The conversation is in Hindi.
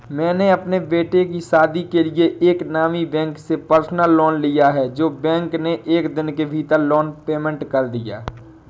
मैंने अपने बेटे की शादी के लिए एक नामी बैंक से पर्सनल लोन लिया है जो बैंक ने एक दिन के भीतर लोन पेमेंट कर दिया